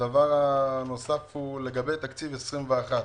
לגבי תקציב 2021,